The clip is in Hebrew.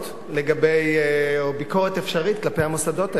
או ביקורת אפשרית כלפי המוסדות האלה.